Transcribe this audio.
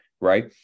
right